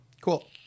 cool